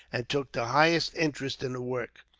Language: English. and took the highest interest in the work.